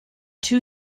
two